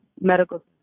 Medical